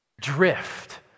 Drift